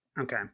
Okay